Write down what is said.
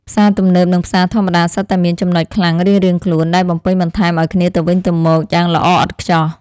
ផ្សារទំនើបនិងផ្សារធម្មតាសុទ្ធតែមានចំណុចខ្លាំងរៀងៗខ្លួនដែលបំពេញបន្ថែមឱ្យគ្នាទៅវិញទៅមកយ៉ាងល្អឥតខ្ចោះ។